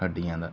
ਹੱਡੀਆਂ ਦਾ